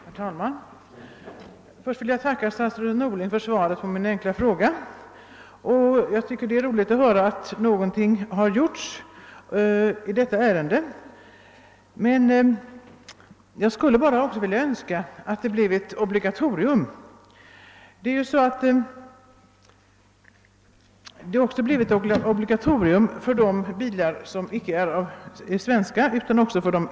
Herr talman! Jag vill först tacka statsrådet Norling för svaret på min enkla fråga. Det är roligt att höra att något gjorts i detta sammanhang. Jag skulle dock önska att den begärda åtgärden bleve ett obligatorium icke bara för svenska bilar utan också för utländska bilar i Sverige.